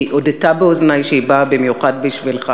היא הודתה באוזני שהיא באה במיוחד בשבילך,